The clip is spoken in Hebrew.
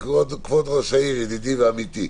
כבוד ראש העיר, ידידי ועמיתי,